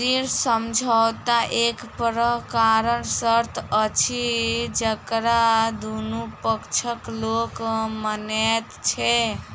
ऋण समझौता एक प्रकारक शर्त अछि जकरा दुनू पक्षक लोक मानैत छै